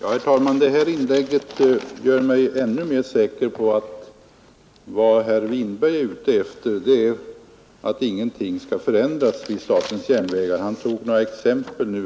Herr talman! Det här inlägget gjorde mig ännu mera säker på att vad herr Winberg är ute efter är att ingenting skall förändras vid SJ. I slutet av sitt anförande tog han några exempel